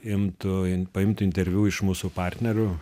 imtų in paimtų interviu iš mūsų partnerių